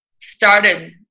started –